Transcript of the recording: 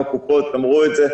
גם נציגי הקופות אמרו את זה,